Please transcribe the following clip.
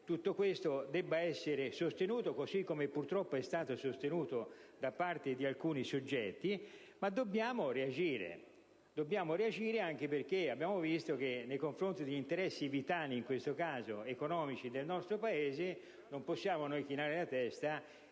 tutto questo debba essere sostenuto, così come purtroppo è stato sostenuto da parte di alcuni soggetti, ma dobbiamo reagire, anche perché abbiamo visto che nei confronti di interessi vitali - in questo caso, economici - del nostro Paese non possiamo chinare la testa